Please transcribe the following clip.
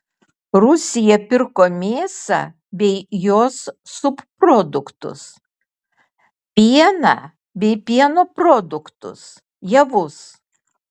rusija pirko mėsą bei jos subproduktus pieną bei pieno produktus javus